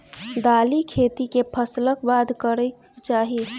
दालि खेती केँ फसल कऽ बाद करै कऽ चाहि?